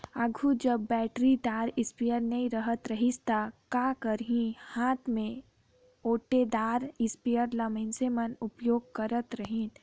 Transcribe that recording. आघु जब बइटरीदार इस्पेयर नी रहत रहिस ता का करहीं हांथे में ओंटेदार इस्परे ल मइनसे मन उपियोग करत रहिन